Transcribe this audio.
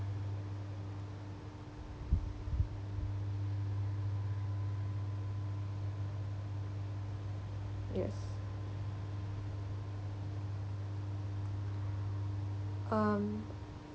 yes um